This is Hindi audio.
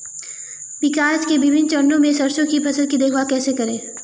विकास के विभिन्न चरणों में सरसों की फसल की देखभाल कैसे करें?